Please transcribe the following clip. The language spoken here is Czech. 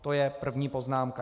To je první poznámka.